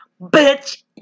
bitch